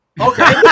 Okay